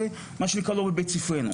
מה שנקרא "לא בבית ספרנו".